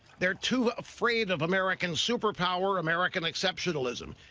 they're too afraid of american superpower, american exceptionalism.